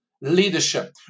leadership